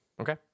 Okay